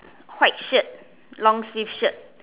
white shirt long sleeve shirt